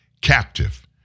captive